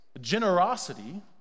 Generosity